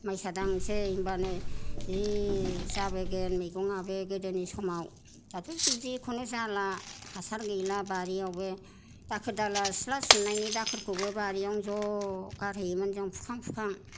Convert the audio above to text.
माइसा दांसै होमबानो जि जाबोगोन मैगङाबो गोदोनि समाव दाथ' बिदि खुनु जाला हासार गैला बारियावबो दाखोर दाला सिथ्ला सिबनायनि दाखोरखौबो बारियावनो ज' गारहैयोमोन जों फुखां फुखां